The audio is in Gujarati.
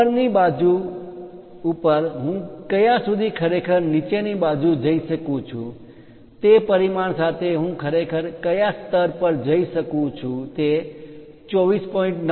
ઉપરની બાજુ ઉપર હું ક્યા સુધી ખરેખર નીચેની બાજુ જઈ શકું છું તે પરિમાણ સાથે હું ખરેખર ક્યા સ્તર પર જઈ શકું છું તે 24